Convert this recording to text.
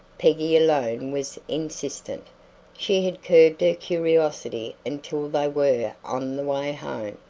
peggy alone was insistent she had curbed her curiosity until they were on the way home,